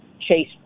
Chase